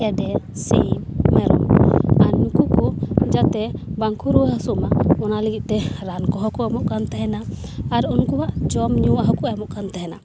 ᱜᱮᱰᱮ ᱥᱤᱢ ᱢᱮᱨᱚᱢ ᱟᱨ ᱱᱩᱠᱩ ᱠᱚ ᱡᱟᱛᱮ ᱵᱟᱝ ᱠᱚ ᱨᱩᱣᱟ ᱦᱟᱹᱥᱩᱜᱼᱢᱟ ᱚᱱᱟ ᱞᱟᱹᱜᱤᱫᱛᱮ ᱨᱟᱱ ᱠᱚᱦᱚᱸ ᱠᱚ ᱮᱢᱚᱜ ᱠᱟᱱ ᱛᱟᱦᱮᱱᱟ ᱟᱨ ᱩᱱᱠᱩᱣᱟᱜ ᱡᱚᱢ ᱧᱩᱣᱟᱜ ᱦᱚᱠᱚ ᱮᱢᱚᱜ ᱠᱟᱱ ᱛᱟᱦᱮᱱᱟ